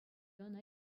ӑна